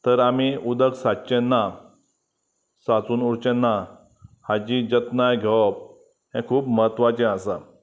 तर आमी उदक सादचें ना साचून उरचें ना हाची जतनाय घेवप हें खूब म्हत्वाचें आसा